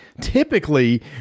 typically